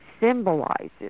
symbolizes